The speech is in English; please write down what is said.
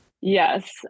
Yes